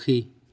সুখী